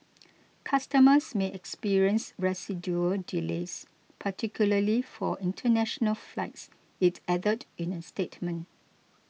customers may experience residual delays particularly for international flights it added in a statement